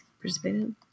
Participated